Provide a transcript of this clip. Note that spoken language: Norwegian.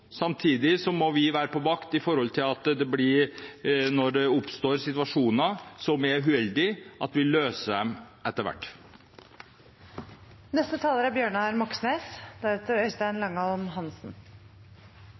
må vi være på vakt når det oppstår situasjoner som er uheldige, slik at vi løser dem etter